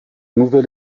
nouvel